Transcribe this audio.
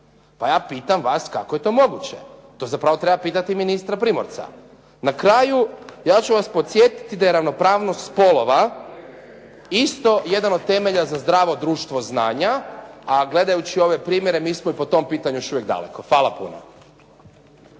Pa ja pitam vas kako je to moguće? To zapravo treba pitati ministra Primorca. Na kraju ja ću vas podsjetiti da je ravnopravnost spolova isto jedan od temelja za zdravo društvo znanja, a gledajući ove primjere mi smo i pod tom pitanju još uvijek daleko. Hvala puno.